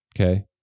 Okay